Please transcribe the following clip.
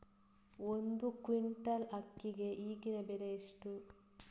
ಒಂದು ಕ್ವಿಂಟಾಲ್ ಅಕ್ಕಿಗೆ ಈಗಿನ ಬೆಲೆ ಎಷ್ಟು?